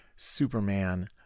Superman